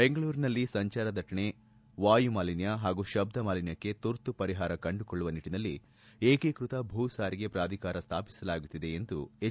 ಬೆಂಗಳೂರಿನಲ್ಲಿ ಸಂಚಾರ ದಟ್ಟಣೆ ವಾಯುಮಾಲಿನ್ಕ ಹಾಗೂ ಶಬ್ದಮಾಲಿನ್ಕಕ್ಕೆ ತುರ್ತು ಪರಿಹಾರ ಕಂಡುಕೊಳ್ಳುವ ನಿಟ್ಟನಲ್ಲಿ ಏಕೀಕೃತ ಭೂಸಾರಿಗೆ ಪ್ರಾಧಿಕಾರ ಸ್ಥಾಪಿಸಲಾಗುತ್ತಿದೆ ಎಂದು ಎಚ್